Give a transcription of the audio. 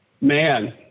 Man